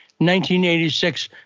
1986